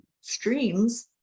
streams